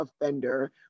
offender